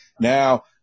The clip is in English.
now